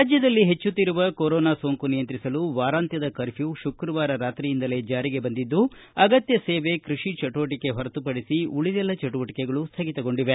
ರಾಜ್ದದಲ್ಲಿ ಹೆಚ್ಚುತ್ತಿರುವ ಕೊರೊನಾ ಸೋಂಕು ನಿಯಂತ್ರಿಸಲು ವಾರಾಂತ್ಯದ ಕರ್ಫ್ಯೂ ಶುಕ್ರವಾರ ರಾತ್ರಿಯಿಂದಲೇ ಜಾರಿಗೆ ಬಂದಿದ್ದು ಅಗತ್ಯ ಸೇವೆ ಕೃಷಿ ಚಟುವಟಕೆ ಹೊರತುಪಡಿಸಿ ಉಳಿದೆಲ್ಲ ಚಟುವಟಕೆಗಳು ಸ್ವಗಿತಗೊಂಡಿದೆ